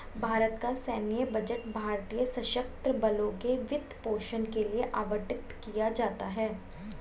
भारत का सैन्य बजट भारतीय सशस्त्र बलों के वित्त पोषण के लिए आवंटित किया जाता है